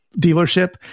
dealership